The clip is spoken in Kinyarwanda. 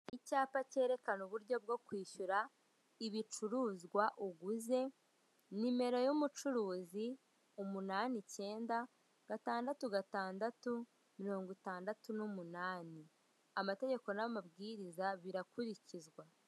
Icyapa cyerekana uburyo bwo kwishyura ibicuruzwa uguze, numero y'umucuruzi umunani icyenda gatandatu gatandatu mirongo itandatu n'umunani, amategeko n'amabwiriza birakurikizwa.